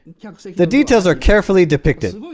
yeah like the details are carefully depicted